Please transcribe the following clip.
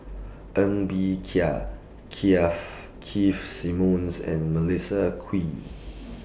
Ng Bee Kia Kia Keith Simmons and Melissa Kwee